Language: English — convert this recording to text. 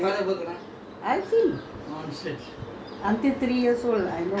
ஆமா:aamaa but your father ah யாரோ:yaaro relation வந்தாதான்:vanthaathaan he can work